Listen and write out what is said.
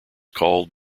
called